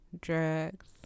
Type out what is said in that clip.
drugs